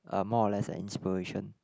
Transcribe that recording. uh more or less an inspiration